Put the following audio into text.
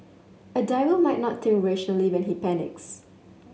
a diver might not think rationally when he panics